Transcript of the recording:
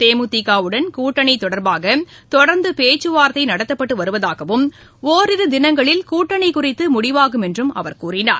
தேமுதிகவுடன் கூட்டணி தொடர்பாக தொடர்ந்து பேச்சு வார்த்தை நடத்தப்பட்டு வருவதாகவும் ஒரிரு தினங்களில் கூட்டணி குறித்து முடிவாகும் என்றும் அவர் கூறினார்